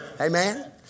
Amen